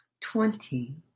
twenty